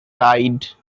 died